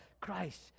Christ